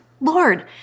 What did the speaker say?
Lord